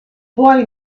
boy